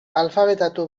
alfabetatu